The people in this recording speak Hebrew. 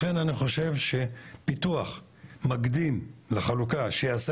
לכן אני חושב שפיתוח מקדים לחלוקה שייעשה